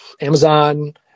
Amazon